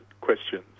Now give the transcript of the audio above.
questions